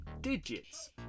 digits